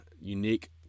unique